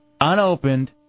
unopened